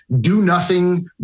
do-nothing